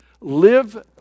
Live